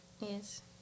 yes